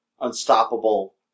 Unstoppable